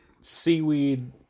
seaweed